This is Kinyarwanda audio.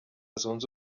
zunze